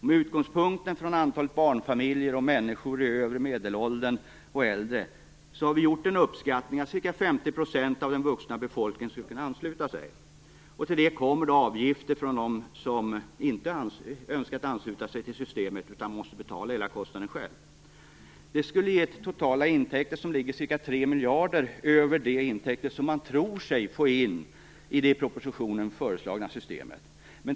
Med utgångspunkt från antalet barnfamiljer och människor i övre medelåldern och äldre har vi uppskattat anslutningen till ca 50 % av den vuxna befolkningen. Till detta kommer avgifter från patienter som inte önskat att ansluta sig till systemet utan måste betala hela kostnaden själva. De totala intäkterna kommer då att ligga ca 3 miljarder kronor över de intäkter som tros komma att inflyta enligt det i propositionen föreslagna systemet.